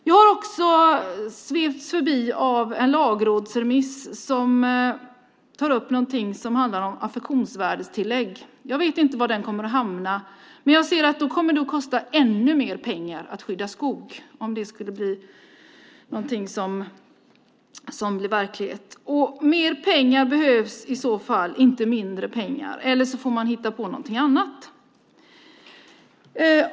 Det har också svept förbi en lagrådsremiss som tar upp frågan om affektionsvärdestillägg. Jag vet inte var den kommer att hamna, men jag förstår att det kommer att kosta ännu mer pengar att skydda skog om den frågan blir verklighet. Mer pengar behövs i så fall, inte mindre, eller också får man hitta på någonting annat.